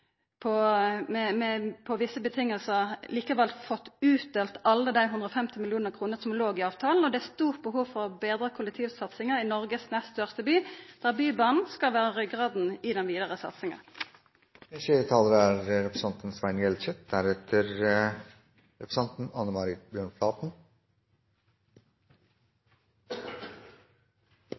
vore med på å understreka i dei ulike klimaforlika. Eg er glad for at samferdselsministeren no har tatt grep og på visse vilkår likevel latt Bergen kommune få utdelt alle dei 150 mill. kr som låg i avtalen. Det er stort behov for å betra kollektivsatsinga i Noregs nest største by, der Bybanen skal vera ryggrada i den vidare satsinga.